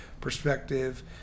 perspective